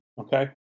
Okay